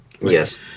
Yes